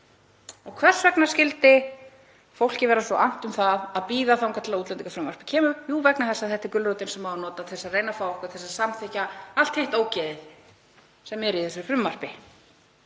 Hvers vegna skyldi fólki vera svo annt um að bíða þangað til útlendingafrumvarpið kemur? Jú, vegna þess að þetta er gulrótin sem á að nota til að reyna að fá okkur til að samþykkja allt hitt ógeðið sem er í þessu frumvarpi.